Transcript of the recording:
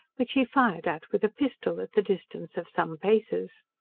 which he fired at with a pistol, at the distance of some paces.